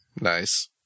nice